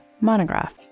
Monograph